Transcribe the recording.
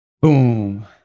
Boom